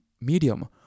medium